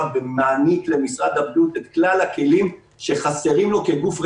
ומעניק למשרד הבריאות את כלל הכלים שחסרים לו כגוף רגולטיבי.